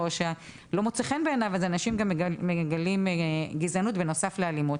לא מוצא חן בעיניו אז אנשים גם מגלים גזענות בנוסף לאלימות.